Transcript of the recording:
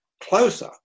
closer